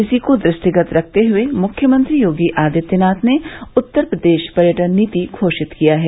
इसी को दृष्टिगत रखते हुए मुख्यमंत्री योगी आदित्यनाथ ने उत्तर पद्रेश पर्यटन नीति घोषित किया है